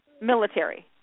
Military